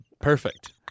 Perfect